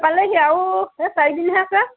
পালেহি আৰু এই চাৰি দিনহে আছে